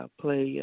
play